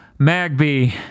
Magby